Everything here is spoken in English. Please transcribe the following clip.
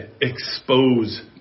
expose